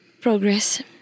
progress